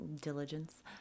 diligence